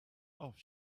off